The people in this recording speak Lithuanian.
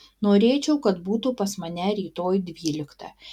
norėčiau kad būtų pas mane rytoj dvyliktą